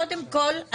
קודם כל,